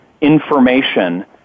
information